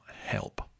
help